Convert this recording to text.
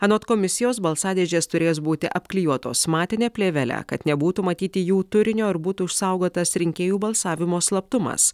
anot komisijos balsadėžės turės būti apklijuotos matine plėvele kad nebūtų matyti jų turinio ar būtų išsaugotas rinkėjų balsavimo slaptumas